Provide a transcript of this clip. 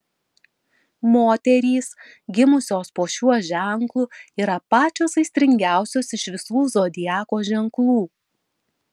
moterys gimusios po šiuo ženklu yra pačios aistringiausios iš visų zodiako ženklų